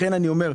לכן אני אומר,